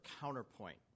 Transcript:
counterpoint